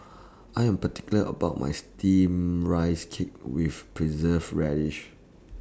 I Am particular about My Steamed Rice Cake with Preserved Radish